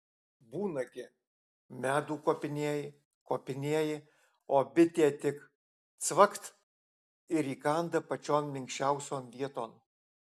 būna gi medų kopinėji kopinėji o bitė tik cvakt ir įkanda pačion minkščiausion vieton